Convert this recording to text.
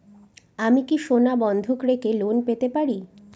আমি কি সোনা বন্ধক রেখে লোন পেতে পারি?